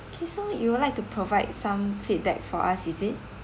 okay so you would like to provide some feedback for us is it